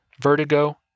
vertigo